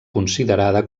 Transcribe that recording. considerada